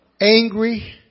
angry